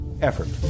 effort